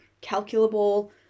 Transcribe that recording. calculable